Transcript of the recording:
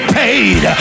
paid